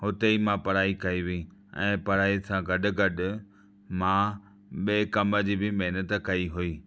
हुते ई मां पढ़ाई कई हुई ऐं पढ़ाईअ सां गॾु गॾु मां ॿिएं कम जी बि महिनत कई हुई